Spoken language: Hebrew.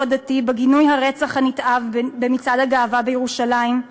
הדתי בגינוי הרצח הנתעב במצעד הגאווה בירושלים,